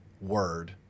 word